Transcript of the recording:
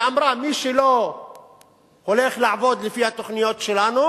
שאמרה שמי שלא הולך לעבוד לפי התוכניות שלנו,